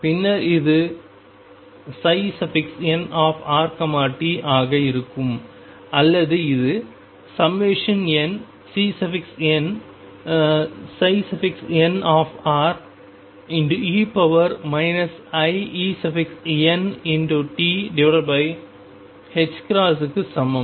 பின்னர் இது nrt ஆக இருக்கும் அல்லது இது nCnnre iEnt க்கு சமம்